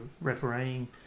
refereeing